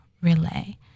relay